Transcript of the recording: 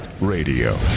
radio